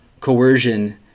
coercion